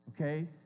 Okay